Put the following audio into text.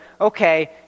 okay